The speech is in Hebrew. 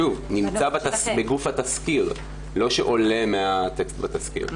שוב, נמצא בגוף התסקיר, לא שעולה מהטקסט בתסקיר.